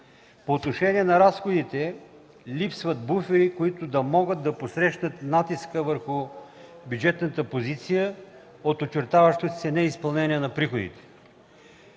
По отношение на разходите липсват буфери, които да могат да посрещнат натиска върху бюджетната позиция от очертаващото се неизпълнение на приходите.